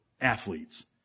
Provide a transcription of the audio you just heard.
athletes